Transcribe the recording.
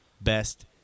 best